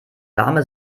warme